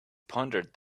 pondered